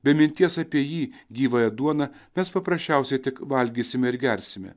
be minties apie jį gyvąją duoną mes paprasčiausiai tik valgysime ir gersime